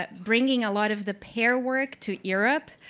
but bringing a lot of the pair work to europe